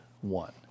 One